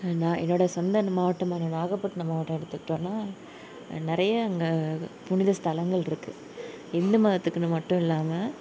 நான் என்னோடய சொந்த மாவட்டமான நாகப்பட்டினம் மாவட்டம் எடுத்துக்கிட்டோம்னா அங்கே நிறைய அங்கே புனித ஸ்தலங்கள் இருக்குது ஹிந்து மதத்துக்குனு மட்டும் இல்லாமல்